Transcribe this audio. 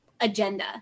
agenda